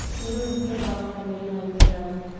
it'll be the bowrer nae langer then,